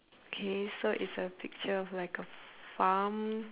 K so it's a picture of like a farm